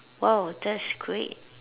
!wow! that's great